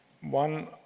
one